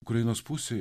ukrainos pusėj